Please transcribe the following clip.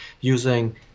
using